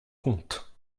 compte